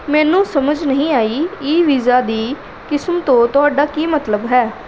ਮੈਨੂੰ ਸਮਝ ਨਹੀਂ ਆਈ ਈਵੀਜ਼ਾ ਦੀ ਕਿਸਮ ਤੋਂ ਤੁਹਾਡਾ ਕੀ ਮਤਲਬ ਹੈ